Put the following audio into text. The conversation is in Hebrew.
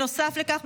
נוסף לכך,